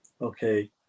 okay